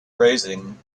raising